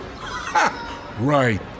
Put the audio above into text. Right